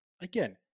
Again